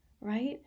right